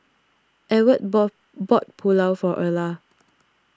Ewart bought bought Pulao for Erla